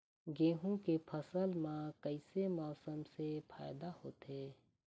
गेहूं के फसल म कइसे मौसम से फायदा होथे?